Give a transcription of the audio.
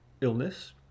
illness